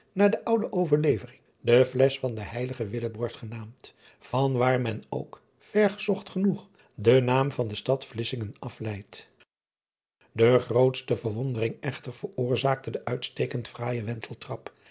naar de oude overlevering de flesch van den eiligen genaamd van waar men ook ver gezocht genoeg den naam van de stad lissingen afleidt e grootste verwondering echter veroorzaakte de uitstekend fraaije